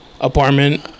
apartment